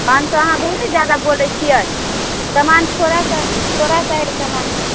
पाँच सए अहाँ बहुते जादा बोलै छियै सामान थोड़ा सा थोड़ा सा हय सामान तऽ